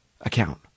account